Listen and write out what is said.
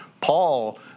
Paul